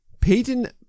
Peyton